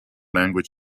language